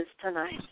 tonight